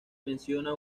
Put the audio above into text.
menciona